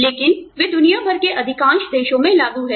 लेकिन वे दुनिया भर के अधिकांश देशों में लागू हैं